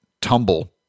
tumble